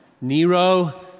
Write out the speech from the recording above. Nero